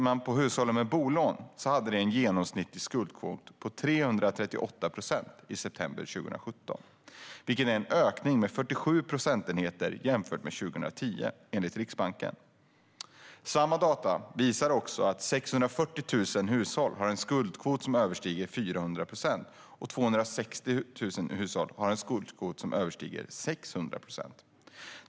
Men hushållen med bolån hade en genomsnittlig skuldkvot på 338 procent i september 2017, vilket är en ökning med 47 procentenheter jämfört med 2010, enligt Riksbanken. Samma data visar också att 640 000 hushåll har en skuldkvot som överstiger 400 procent, medan 260 000 hushåll har en skuldkvot som överstiger 600 procent.